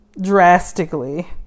drastically